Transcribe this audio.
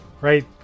Right